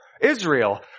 Israel